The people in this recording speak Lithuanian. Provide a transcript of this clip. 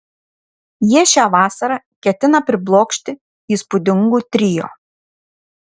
jie šią vasarą ketina priblokšti įspūdingu trio